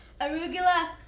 arugula